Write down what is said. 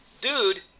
Dude